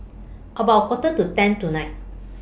about A Quarter to ten tonight